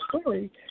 story